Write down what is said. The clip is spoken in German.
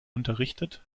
unterrichtet